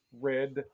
red